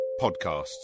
podcasts